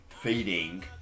feeding